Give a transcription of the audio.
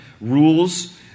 rules